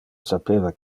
sapeva